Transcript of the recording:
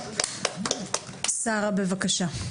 שרה, בבקשה.